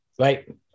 Right